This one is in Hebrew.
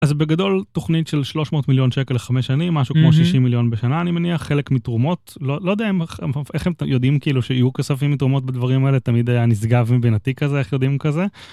אז בגדול תוכנית של 300 מיליון שקל לחמש שנים משהו כמו 60 מיליון בשנה אני מניח, חלק מתרומות לא יודע איך הם יודעים כאילו שיהיו כספים מתרומות בדברים האלה תמיד היה נשגב מבינתי כזה איך יודעים כזה.